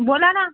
बोला ना